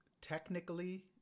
Technically